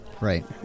Right